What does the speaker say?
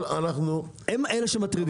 הם אלה שמטרידים אותך.